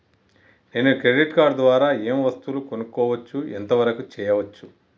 నేను credit card ద్వారా ఏం వస్తువులు కొనుక్కోవచ్చు ఎంత వరకు చేయవచ్చు?